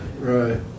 Right